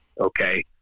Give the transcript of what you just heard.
Okay